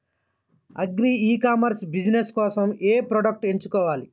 Agri e commerce business కోసము ఏ products ఎంచుకోవాలి?